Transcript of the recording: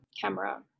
camera